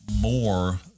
more